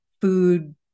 food